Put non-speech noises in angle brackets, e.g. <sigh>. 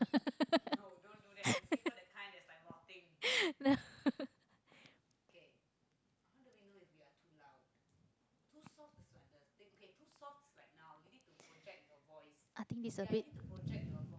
<laughs> no <laughs> i think this is a bit